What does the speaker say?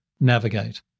navigate